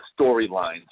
storylines